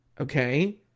okay